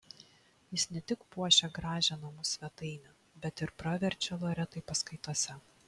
jis ne tik puošia gražią namų svetainę bet ir praverčia loretai paskaitose